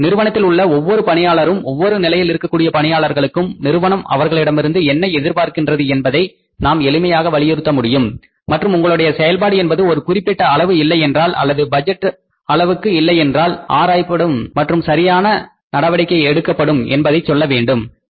நிறுவனத்தில் உள்ள ஒவ்வொரு பணியாளருக்கும் ஒவ்வொரு நிலையில் இருக்கக்கூடிய பணியாளர்களுக்கும் நிறுவனம் அவர்களிடமிருந்து என்ன எதிர்பார்க்கிறது என்பதை நாம் எளிமையாக வலியுறுத்த முடியும் மற்றும் உங்களுடைய செயல்பாடு என்பது ஒரு குறிப்பிட்ட அளவு இல்லையென்றால் அல்லது பட்ஜெட் அளவுக்கு இல்லையென்றால் ஆராயப்படும் மற்றும் சரியான நடவடிக்கை எடுக்கப்படும் என்பதைச் சொல்ல உதவுகின்றது